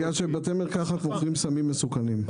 ישראל מגיעה לבתי מרקחת משום שבבתי מרקחת מוכרים סמים מסוכנים.